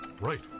right